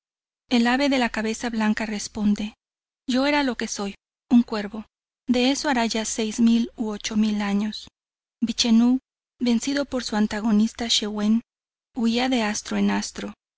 el ave de la cabeza blanca responde yo era lo que soy un cuervo de esto hará ya de seis mil u ocho mil años vichenú vencido por su antagonista schiwen huía de astro en astro